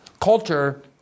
culture